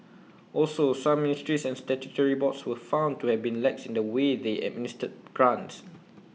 also some ministries and statutory boards were found to have been lax in the way they administered grants